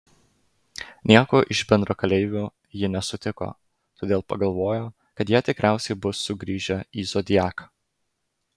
nieko iš bendrakeleivių ji nesutiko todėl pagalvojo kad jie tikriausiai bus sugrįžę į zodiaką